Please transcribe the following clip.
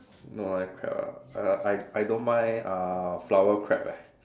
no live crab ah err I I don't mind uh flower crab eh